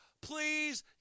please